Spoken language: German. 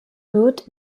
gut